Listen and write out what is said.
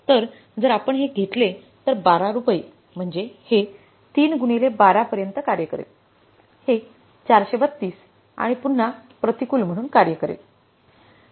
तर जर आपण हे घेतले तर 12 रुपये म्हणजे हे 3 गुणिले 12 पर्यंत कार्य करेल हे 432 आणि पुन्हा प्रतिकूल म्हणून कार्य करेल